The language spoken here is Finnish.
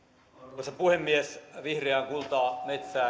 arvoisa puhemies vihreään kultaan metsään